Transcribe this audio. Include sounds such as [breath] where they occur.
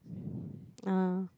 [breath] ah